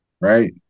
right